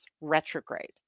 retrograde